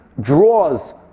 draws